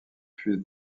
fut